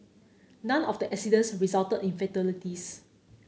none of the accidents resulted in fatalities